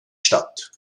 statt